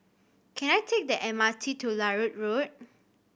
can I take the M R T to Larut Road